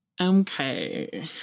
Okay